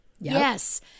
Yes